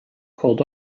called